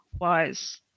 wise